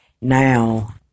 now